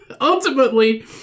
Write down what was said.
Ultimately